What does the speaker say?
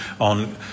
on